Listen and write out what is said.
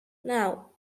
now